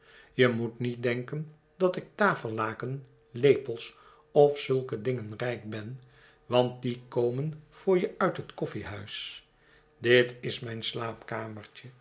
je moet niet denken dat ik tafellaken lepels of zulke dingen rijk ben want die komen voor je uit het koffiehuis dit is mijn slaapkamertje